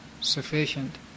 sufficient